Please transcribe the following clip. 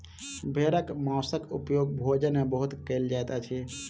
भेड़क मौंसक उपयोग भोजन में बहुत कयल जाइत अछि